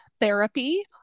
Therapy